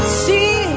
see